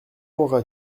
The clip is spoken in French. auras